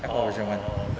AirPod version one